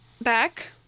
back